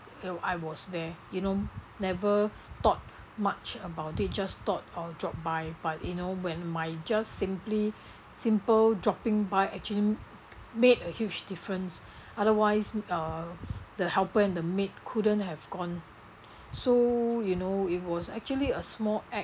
uh I was there you know never thought much about it just thought I'll drop by but you know when my just simply simple dropping by actually made a huge difference otherwise uh the helper and the maid couldn't have gone so you know it was actually a small act